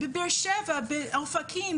בני 7 מאופקים,